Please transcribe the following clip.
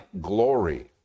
glory